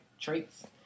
traits